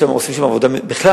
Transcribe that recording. בכלל,